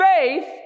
faith